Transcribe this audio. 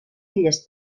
illes